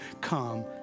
come